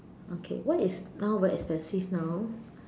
okay what is now very expensive now